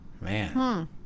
Man